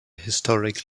historic